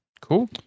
cool